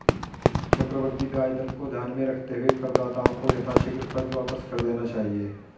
चक्रवृद्धि ब्याज दर को ध्यान में रखते हुए करदाताओं को यथाशीघ्र कर्ज वापस कर देना चाहिए